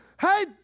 hey